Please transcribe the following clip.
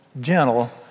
gentle